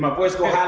um voice go